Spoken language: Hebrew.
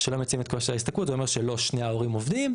שלא מוצאים את כושר השתכרות זה אומר שלא שני ההורים עובדים,